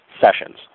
sessions